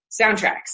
soundtracks